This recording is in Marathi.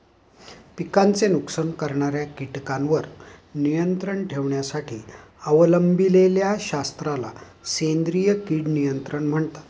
पिकांचे नुकसान करणाऱ्या कीटकांवर नियंत्रण ठेवण्यासाठी अवलंबिलेल्या शास्त्राला सेंद्रिय कीड नियंत्रण म्हणतात